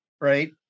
right